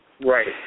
Right